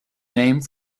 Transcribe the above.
name